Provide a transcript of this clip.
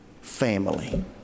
family